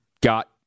got